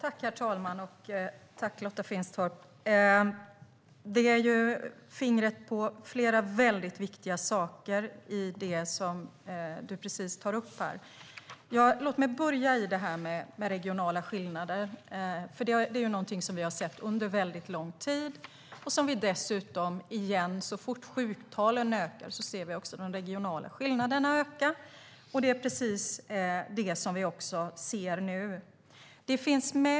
Herr talman! Tack, Lotta Finstorp! Du sätter fingret på flera viktiga saker i det som du tar upp här. Låt mig börja med de regionala skillnaderna. Det är någonting som vi har sett under lång tid. Dessutom ser vi att så fort sjuktalen ökar, ökar också de regionala skillnaderna. Det är precis det vi ser nu.